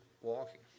walking